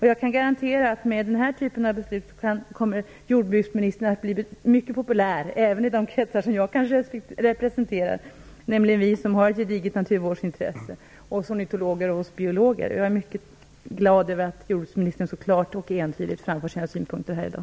Jag kan garantera att med den här typen av beslut kommer jordbruksministern att bli mycket populär även i de kretsar som jag kanske representerar, nämligen kretsen av oss som har ett gediget naturvårdsintresse, bl.a. ornitologer och biologer. Jag är mycket glad över att jordbruksministern så klart och entydigt framför sina synpunkter här i dag.